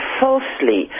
falsely